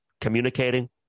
communicating